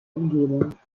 umgebung